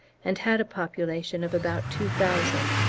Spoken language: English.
and had a population of about two thousand.